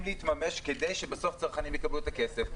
להתממש כדי שבסוף הצרכנים יקבלו את הכסף.